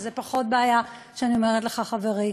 אז זה פחות בעיה שאני אומרת לך "חברי"